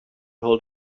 hold